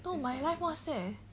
no my life more sad eh